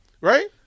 Right